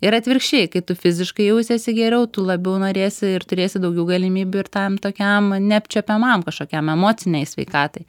ir atvirkščiai kai tu fiziškai jausiesi geriau tu labiau norėsi ir turėsi daugiau galimybių ir tam tokiam neapčiuopiamam kažkokiam emocinei sveikatai